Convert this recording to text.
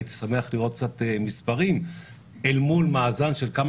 הייתי שמח לראות קצת מספרים אל מול מאזן של כמה